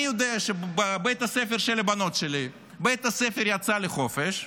אני יודע שבבית הספר של הבנות שלי בית הספר יצא לחופש,